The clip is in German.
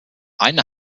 eine